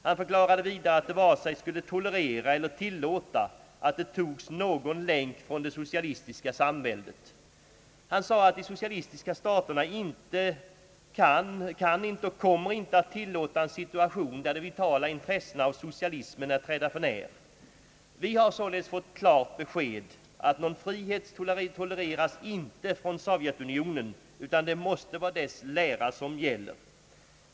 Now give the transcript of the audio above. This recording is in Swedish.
Han förklarade vidare att de varken skulle tolerera eller tillåta att det togs någon länk från det socialistiska samväldet. Han sade att de socialistiska staterna inte kan och inte kommer att tillåta en situation där de vitala intressena av socialism är trädda för när. Vi har således fått klart besked att någon frihet tolereras inte från Sovjetunionen utan det måste vara dess lära som gäller.